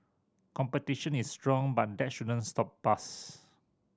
competition is strong but that shouldn't stop us